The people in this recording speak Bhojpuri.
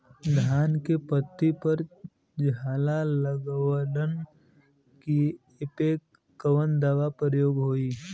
धान के पत्ती पर झाला लगववलन कियेपे कवन दवा प्रयोग होई?